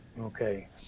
Okay